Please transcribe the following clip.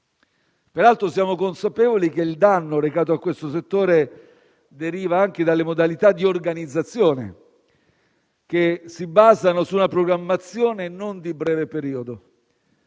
Peraltro, siamo consapevoli che il danno recato a questo settore deriva anche dalle modalità di organizzazione che si basano su una programmazione non di breve periodo.